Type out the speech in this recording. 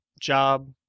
job